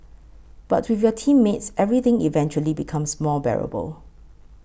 but with your teammates everything eventually becomes more bearable